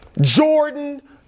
Jordan